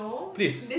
please